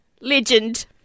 legend